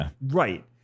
Right